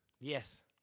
Yes